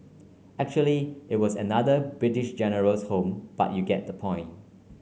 actually it was another British General's home but you get the point